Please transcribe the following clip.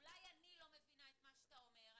אולי אני לא מבינה את מה שאתה אומר,